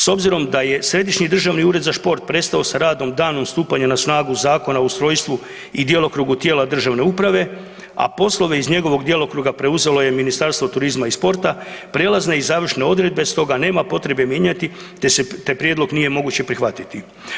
S obzirom da je središnji državni ured za sport prestao s radom danom stupanja na snagu Zakona o ustrojstvu i djelokrugu tijela državne uprave, a poslove iz njegovog djelokruga preuzelo je Ministarstvo turizma i sporta, prijelazne i završne odredbe stoga nema potrebe mijenjati te prijedlog nije moguće prihvatiti.